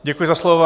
Děkuji za slovo.